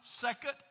second